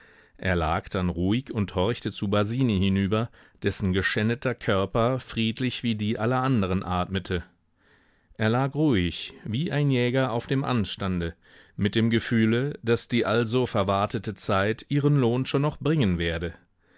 er lag dann ruhig und horchte zu basini hinüber dessen geschändeter körper friedlich wie die aller anderen atmete er lag ruhig wie ein jäger auf dem anstande mit dem gefühle daß die also verwartete zeit ihren lohn schon noch bringen werde